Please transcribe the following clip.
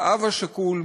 לאב השכול,